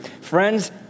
Friends